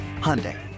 Hyundai